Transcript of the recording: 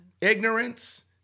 Ignorance